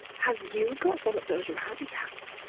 have you got one of those rowdy hats?